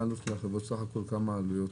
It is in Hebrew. מה סך כול העלויות?